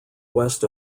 west